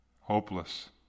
Hopeless